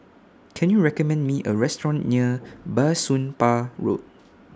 Can YOU recommend Me A Restaurant near Bah Soon Pah Road